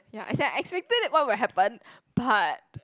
ya as in I expected it what will happen but